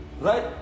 Right